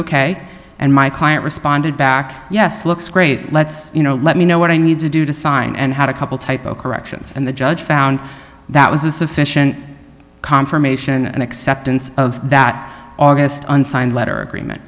ok and my client responded back yes looks great let's you know let me know what i need to do to sign and had a couple typo corrections and the judge found that was a sufficient confirmation and acceptance of that august unsigned letter agreement